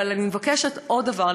אבל אני מבקשת עוד דבר,